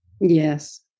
Yes